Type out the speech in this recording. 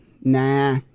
nah